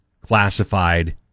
classified